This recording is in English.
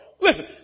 Listen